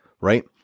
right